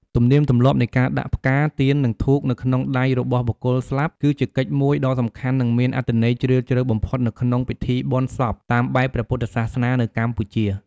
ទំនៀមទម្លាប់នៃការដាក់ ផ្កា ទៀន និងធូប នៅក្នុងដៃរបស់បុគ្គលស្លាប់ គឺជាកិច្ចមួយដ៏សំខាន់ និងមានអត្ថន័យជ្រាលជ្រៅបំផុតនៅក្នុងពិធីបុណ្យសពតាមបែបព្រះពុទ្ធសាសនានៅកម្ពុជា។